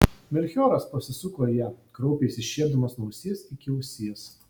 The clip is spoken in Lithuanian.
melchioras pasisuko į ją kraupiai išsišiepdamas nuo ausies iki ausies